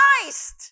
Christ